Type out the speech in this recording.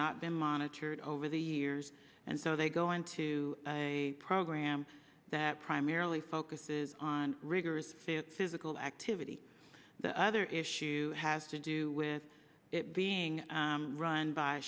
not been monitored over the years and so they go into a program that primarily focuses on rigors of physical activity the other issue has to do with it being run by